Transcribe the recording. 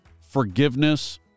forgiveness